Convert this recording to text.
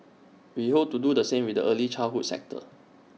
we hope to do the same with the early childhood sector